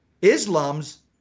Islam's